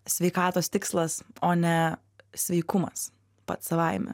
sveikatos tikslas o ne sveikumas pats savaime